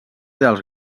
dels